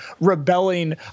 rebelling